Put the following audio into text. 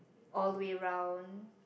all the way round